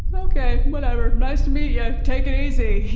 but okay, whatever. nice to meet ya. take it easy.